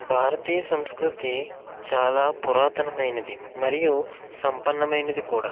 భారతీయ సాంస్కృతి చాలా పురాతనమైనది మరియు సంపన్నమైనది కూడా